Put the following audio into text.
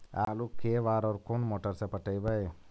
आलू के बार और कोन मोटर से पटइबै?